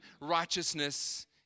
righteousness